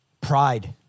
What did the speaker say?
pride